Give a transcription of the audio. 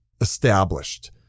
established